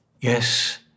Yes